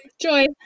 Joy